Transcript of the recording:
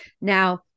now